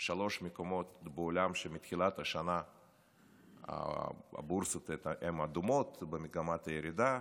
שלושה מקומות בעולם שבהם מתחילת השנה הבורסות הן אדומות ובמגמת ירידה: